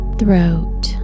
throat